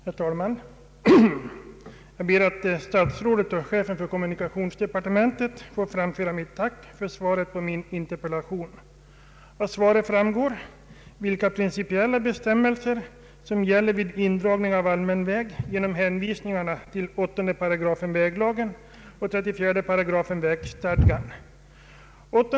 Herr talman! Jag ber att till statsrådet och chefen för kommunikationsdepartementet få framföra mitt tack för svaret på min interpellation. Av detta svar framgår vilka principiella bestämmelser som gäller vid indragning av allmän väg, genom hänvisningar till 8 § väglagen och 34 § vägstadgan.